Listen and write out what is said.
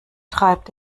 treibt